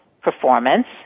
performance